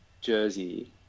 jersey